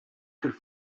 could